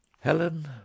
Helen